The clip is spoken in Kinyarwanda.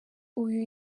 uyu